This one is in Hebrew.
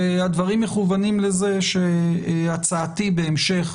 והדברים מכוונים לזה שהצעתי בהמשך